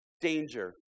danger